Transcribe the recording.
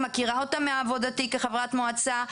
אני מכירה אותה מעבודתי כחברת מועצה,